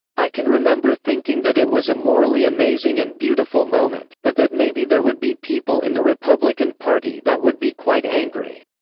i can remember thinking that it was a morally amazing and beautiful moment, but that maybe there would be people in the republican party that would be quite angry,